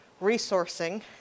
resourcing